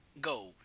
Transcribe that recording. go